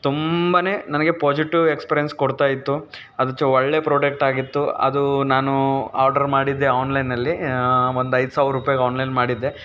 ತುಂಬ ನನಗೆ positive experience ಕೊಡ್ತಾ ಇತ್ತು ಅದು ಚು ಒಳ್ಳೆ ಪ್ರೊಡಕ್ಟಾಗಿತ್ತು ಅದು ನಾನು ಆರ್ಡರ್ ಮಾಡಿದ್ದೆ ಆನ್ಲೈನಲ್ಲಿ ಒಂದು ಐದು ಸಾವಿರ ರೂಪಾಯ್ಗೆ ಆನ್ಲೈನ್ ಮಾಡಿದ್ದೆ